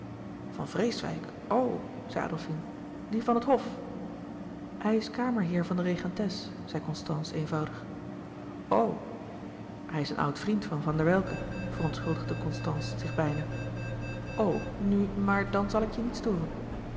van vreeswijck o zei adolfine die van het hof hij is kamerheer van de regentes zei constance eenvoudig o hij is een oud vriend van van der welcke verontschuldigde constance zich bijna o nu maar dan zal ik je niet storen